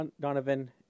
Donovan